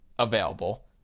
Available